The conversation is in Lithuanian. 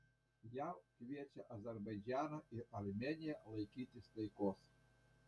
jav kviečia azerbaidžaną ir armėniją laikytis taikos